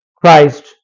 Christ